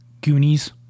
Goonies